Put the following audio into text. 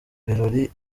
birori